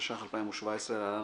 התשע"ח-2017 (להלן,